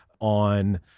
on